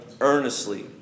earnestly